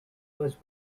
was